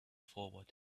forward